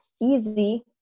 easy